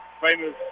famous